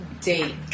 date